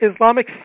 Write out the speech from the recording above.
Islamic